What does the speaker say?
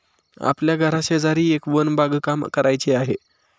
आपल्या घराशेजारी एक वन बागकाम करायचे आहे